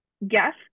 Yes